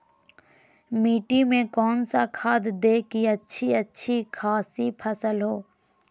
मिट्टी में कौन सा खाद दे की अच्छी अच्छी खासी फसल हो?